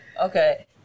okay